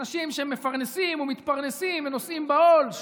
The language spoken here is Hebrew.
אנשים שמפרנסים ומתפרנסים ונושאים בעול,